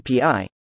API